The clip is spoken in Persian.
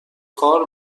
کار